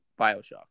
Bioshock